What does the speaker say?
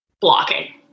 blocking